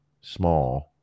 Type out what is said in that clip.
small